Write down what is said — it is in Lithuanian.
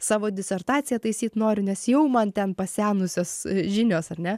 savo disertaciją taisyt noriu nes jau man ten pasenusios žinios ar ne